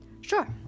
Sure